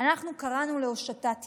קראנו להושטת יד.